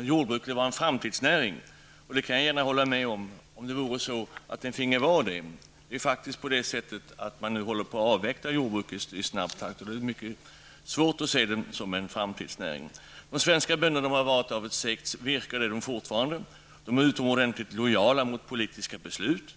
jordbruket var en framtidsnäring. Det kan jag gärna hålla med om, om det vore så att den finge vara det. Det är faktiskt på det sättet att man håller på att avveckla jordbruket i snabb takt. Det är därför mycket svårt att se jordbruket som en framtidsnäring. De svenska bönderna har varit av ett segt virke, och det är de fortfarande. De är utomordentligt lojala mot politiska beslut.